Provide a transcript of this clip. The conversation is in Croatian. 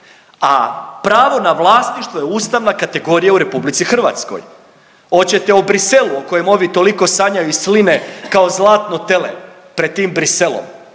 a pravo na vlasništvo je ustavna kategorija u RH. Oćete o Bruxellesu o kojem ovi toliko sanjaju i sline kao zlatno tele pred tim Bruxellesom.